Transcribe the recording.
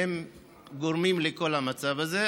שגורמים לכל המצב הזה.